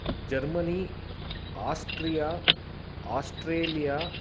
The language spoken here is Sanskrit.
Germany Austria Australia